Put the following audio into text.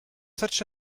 such